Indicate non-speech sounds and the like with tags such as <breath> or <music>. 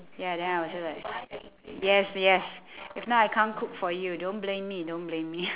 ya then I'll also like yes yes <breath> if not I can't cook for you don't blame me don't blame me <laughs>